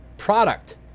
product